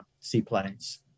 seaplanes